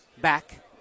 back